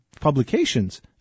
publications